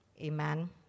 amen